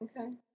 Okay